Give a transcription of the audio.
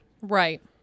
Right